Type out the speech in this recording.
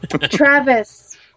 Travis